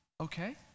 okay